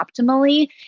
optimally